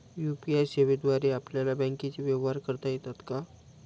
UPI सेवेद्वारे आपल्याला बँकचे व्यवहार करता येतात का?